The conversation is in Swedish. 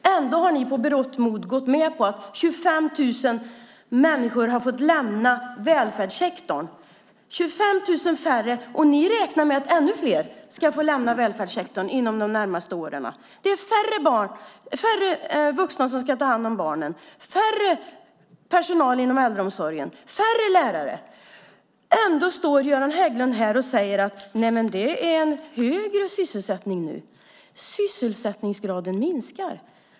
Ändå har ni med berått mod gått med på att 25 000 människor fått lämna välfärdssektorn - det är alltså 25 000 färre där. Dessutom räknar ni med att ännu fler under de närmaste åren ska få lämna välfärdssektorn. Det är nu färre vuxna som ska ta hand om barnen, mindre personal inom äldreomsorgen och färre lärare. Ändå står Göran Hägglund här och säger: Nej, det är högre sysselsättningsgrad nu. Men sysselsättningsgraden minskar.